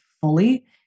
fully